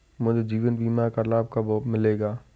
मुझे जीवन बीमा का लाभ कब मिलेगा?